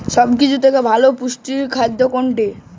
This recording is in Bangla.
সব থেকে ভালো পুষ্টিকর পোল্ট্রী খাদ্য কোনটি?